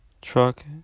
truck